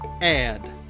Add